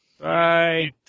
Bye